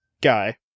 guy